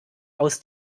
aus